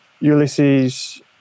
ulysses